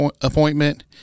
appointment